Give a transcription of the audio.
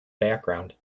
background